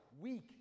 weak